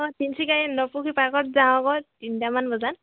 অ তিনচুকীয়া এই ন পুখুৰী পাৰ্কত যাওঁ আকৌ তিনিটামান বজাত